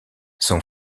son